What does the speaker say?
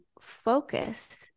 focus